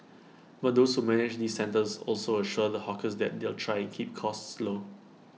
but those who manage these centres also assure the hawkers that they'll try and keep costs low